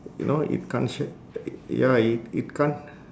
you know it can't shade ya it it can't